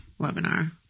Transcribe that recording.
webinar